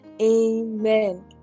Amen